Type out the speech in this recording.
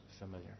familiar